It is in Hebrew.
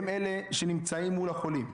הם אלה שנמצאים מול החולים,